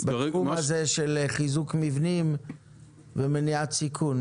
במיקום הזה של חיזוק מבנים ומניעת סיכון?